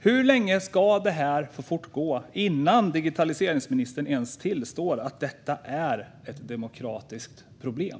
Hur länge ska det här få fortgå innan digitaliseringsministern ens tillstår att det är ett demokratiskt problem?